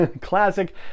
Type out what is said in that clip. classic